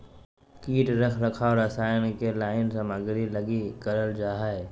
कीट रख रखाव रसायन के लाइन सामग्री लगी करल जा हइ